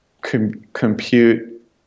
compute